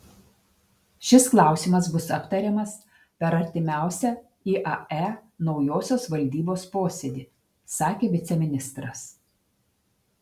šis klausimas bus aptariamas per artimiausią iae naujosios valdybos posėdį sakė viceministras